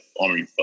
army